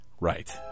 Right